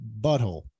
butthole